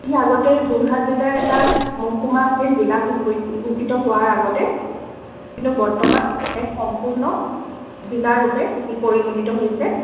ই আগতে যোৰহাট জিলাৰ এটা মহকুমা আছিল জিলা ঘোষিত হোৱাৰ আগতে কিন্তু বৰ্তমান এক সম্পূৰ্ণ জিলাৰূপে ই পৰিগণিত হৈছে